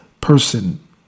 person